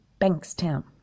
Bankstown